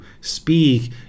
speak